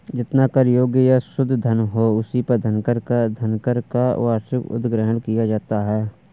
जितना कर योग्य या शुद्ध धन हो, उसी पर धनकर का वार्षिक उद्ग्रहण किया जाता है